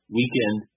weekend